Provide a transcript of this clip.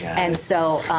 and so.